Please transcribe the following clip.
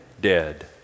dead